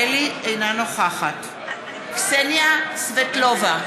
אינה נוכחת קסניה סבטלובה,